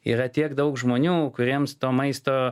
yra tiek daug žmonių kuriems to maisto